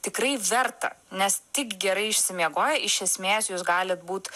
tikrai verta nes tik gerai išsimiegoję iš esmės jūs galit būt